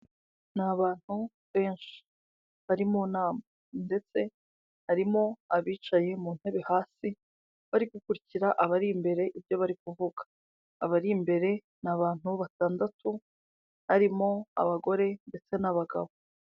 Ni abantu benshi bari mu nama ndetse harimo abicaye mu ntebe hasi bari gukurikira abari imbere ibyo bari kuvuga. Abari imbere ni abantu batandatu harimo abagore ndetse n'abagabo.